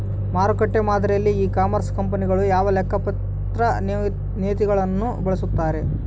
ಮಾರುಕಟ್ಟೆ ಮಾದರಿಯಲ್ಲಿ e commerce ಕಂಪನಿಗಳು ಯಾವ ಲೆಕ್ಕಪತ್ರ ನೇತಿಗಳನ್ನು ಬಳಸುತ್ತಾರೆ?